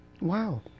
wow